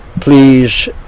Please